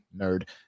nerd